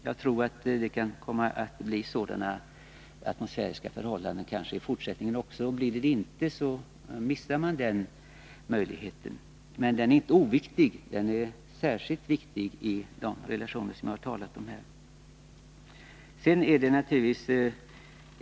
Jag tror att det kan komma att råda sådana atmosfäriska förhållanden också i fortsättningen. Om inte, missar man den möjligheten. Den är inte oviktig — tvärtom är den särskilt viktig i de sammanhang som jag har talat om här.